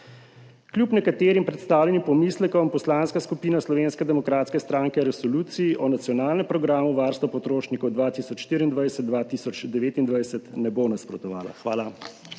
Kljub nekaterim predstavljenim pomislekom Poslanska skupina Slovenske demokratske stranke Resoluciji o nacionalnem programu varstva potrošnikov 2024–2029 ne bo nasprotovala. Hvala.